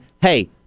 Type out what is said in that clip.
hey